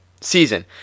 season